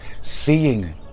seeing